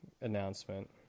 Announcement